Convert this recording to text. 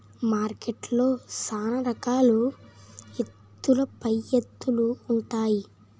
మార్కెట్లో సాన రకాల ఎత్తుల పైఎత్తులు ఉంటాది